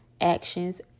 actions